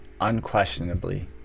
unquestionably